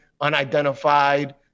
unidentified